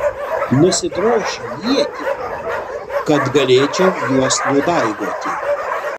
nusidrošiu ietį kad galėčiau juos nudaigoti